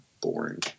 boring